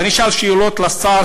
אבל אני אשאל שאלות את השר,